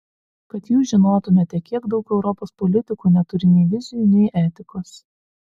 kad jūs žinotumėte kiek daug europos politikų neturi nei vizijų nei etikos